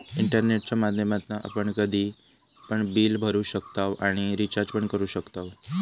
इंटरनेटच्या माध्यमातना आपण कधी पण बिल भरू शकताव आणि रिचार्ज पण करू शकताव